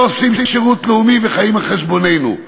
לא עושים שירות לאומי וחיים על חשבוננו.